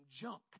junk